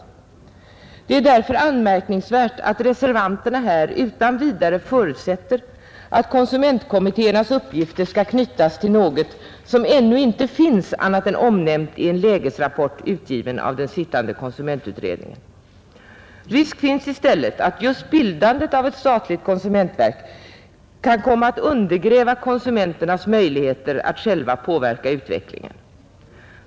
Det är därför anmärkningsvärt att reservanterna här utan vidare förutsätter att konsumentkommittéernas uppgifter skall knytas till något som ännu inte finns annat än omnämnt i en lägesrapport utgiven av den sittande konsumentutredningen. Risk finns i stället att just bildandet av ett statligt konsumentverk kan komma att undergräva konsumenternas möjligheter att själva påverka utvecklingen.